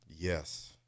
Yes